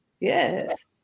Yes